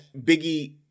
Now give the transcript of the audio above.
Biggie